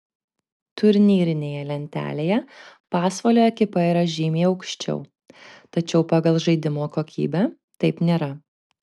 turnyrinėje lentelėje pasvalio ekipa yra žymiai aukščiau tačiau pagal žaidimo kokybę taip nėra